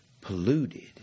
polluted